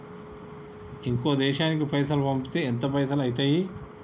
ఇంకో దేశానికి పైసల్ పంపితే ఎంత పైసలు అయితయి?